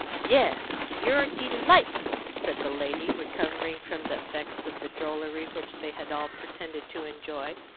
yes, you're delightful, said the lady, recovering from the effects of the drollery which they had all pretended to enjoy,